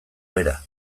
bera